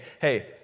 hey